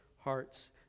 hearts